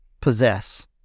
possess